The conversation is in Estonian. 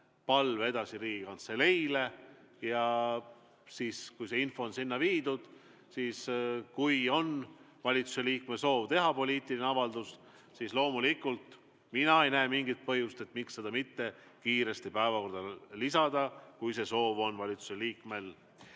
palve Riigikantseleile ja siis, kui see info on sinna viidud ja kui valitsuse liikmel on soov teha poliitiline avaldus, siis loomulikult mina ei näe mingit põhjust, miks seda mitte kiiresti päevakorda lisada, kui see soov valitsuse liikmel